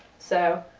so,